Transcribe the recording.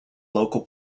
local